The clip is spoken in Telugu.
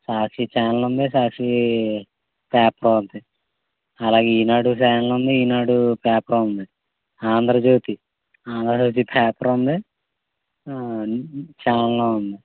సాక్షి ఛానలుంది సాక్షి పేపరు ఉంది అలాగే ఈనాడు ఛానలుంది ఈనాడు పేపరుంది ఆంధ్రజ్యోతి ఆంధ్రజ్యోతి పేపరుంది ఛానలుంది